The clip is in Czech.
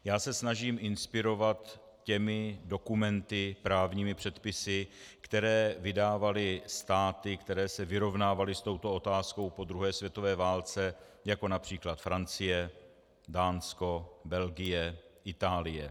Já se snažím inspirovat těmi dokumenty, právními předpisy, které vydávaly státy, které se vyrovnávaly s touto otázkou po druhé světové válce, jako například Francie, Dánsko, Belgie, Itálie.